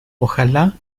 ojalá